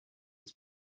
its